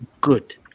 good